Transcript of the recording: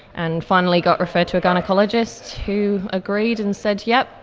and finally got referred to a gynaecologist who agreed and said, yes,